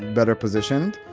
better positioned.